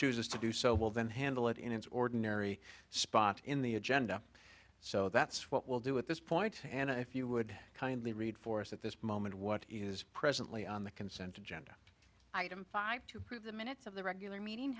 chooses to do so will then handle it in its ordinary spot in the agenda so that's what we'll do at this point and if you would kindly read for us at this moment what is presently on the consent agenda item five to prove the minutes of the regular meeting